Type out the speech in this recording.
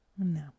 No